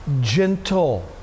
gentle